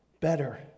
better